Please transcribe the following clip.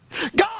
God